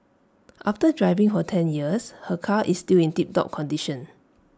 after driving for ten years her car is still in tiptop condition